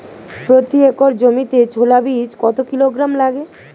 প্রতি একর জমিতে ছোলা বীজ কত কিলোগ্রাম লাগে?